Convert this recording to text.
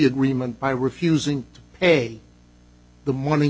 agreement by refusing to pay the money